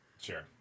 Sure